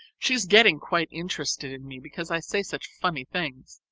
she's getting quite interested in me, because i say such funny things.